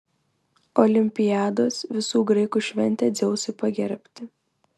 olimpiados visų graikų šventė dzeusui pagerbti